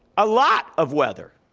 a lot of weather.